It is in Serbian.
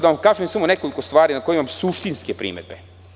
Da vam kažem samo nekoliko stvari na koje imam suštinske primedbe.